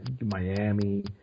Miami